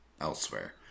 elsewhere